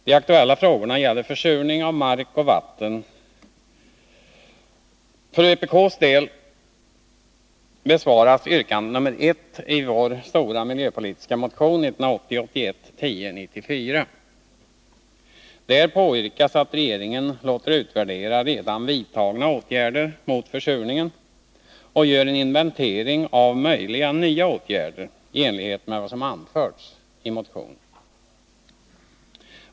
De aktuella frågorna gäller försurning av mark och vatten. För vpk:s del behandlas yrkande nr 1 i vår stora miljöpolitiska motion 1980/81:1094. Där påyrkas att regeringen låter utvärdera redan vidtagna åtgärder mot försurningen och gör en inventering av möjliga nya åtgärder i enlighet med vad som anförts i motionen.